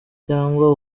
cyangwa